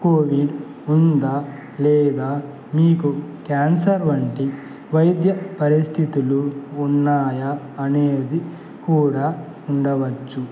Covid ఉందా లేదా మీకు క్యాన్సర్ వంటి వైద్య పరిస్థితులు ఉన్నాయా అనేది కూడా ఉండవచ్చు